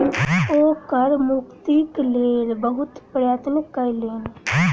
ओ कर मुक्तिक लेल बहुत प्रयत्न कयलैन